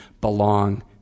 belong